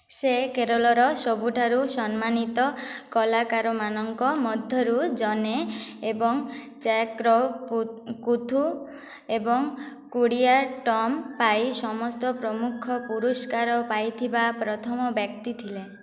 ସେ କେରଳର ସବୁଠାରୁ ସମ୍ମାନିତ କଳାକାରମାନଙ୍କ ମଧ୍ୟରୁ ଜଣେ ଏବଂ ଚାକ୍ୟାର୍ କୁଥୁ ଏବଂ କୁଡ଼ିୟାଟ୍ଟମ୍ ପାଇଁ ସମସ୍ତ ପ୍ରମୁଖ ପୁରସ୍କାର ପାଇଥିବା ପ୍ରଥମ ବ୍ୟକ୍ତି ଥିଲେ